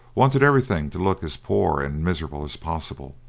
wanted everything to look as poor and miserable as possible.